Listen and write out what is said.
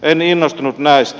en innostunut näistä